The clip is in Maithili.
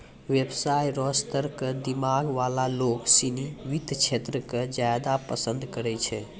व्यवसाय र स्तर क दिमाग वाला लोग सिनी वित्त क्षेत्र क ज्यादा पसंद करै छै